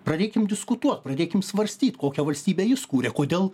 pradėkim diskutuot pradėkim svarstyt kokią valstybę jis kūrė kodėl